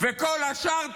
כל השאר תירוצים,